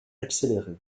accéléré